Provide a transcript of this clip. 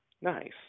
nice